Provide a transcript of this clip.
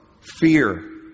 Fear